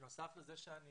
בנוסף לכך שאני